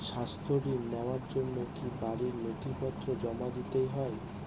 স্বাস্থ্য ঋণ নেওয়ার জন্য কি বাড়ীর নথিপত্র জমা দিতেই হয়?